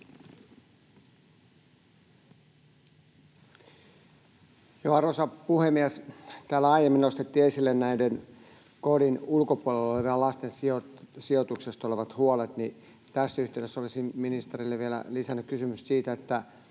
Arvoisa puhemies! Täällä aiemmin nostettiin esille huolet kodin ulkopuolella olevien lasten sijoituksesta. Tässä yhteydessä olisin ministerille vielä lisännyt kysymyksen: